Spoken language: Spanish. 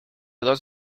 dos